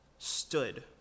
stood